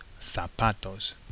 zapatos